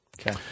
okay